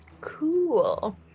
cool